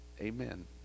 Amen